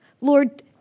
Lord